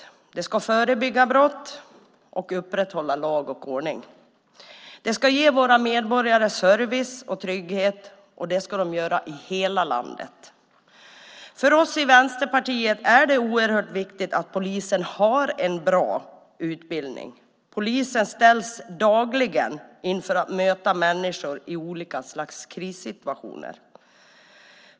Polisen ska förebygga brott och upprätthålla lag och ordning. Polisen ska också ge våra medborgare service och trygghet, i hela landet. För oss i Vänsterpartiet är det oerhört viktigt att polisen har en bra utbildning. Dagligen ställs polisen inför möten med människor i olika slags krissituationer.